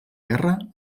guerra